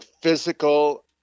physical